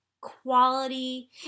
quality